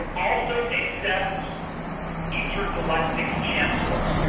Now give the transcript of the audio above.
also accept intergalactic chancellor.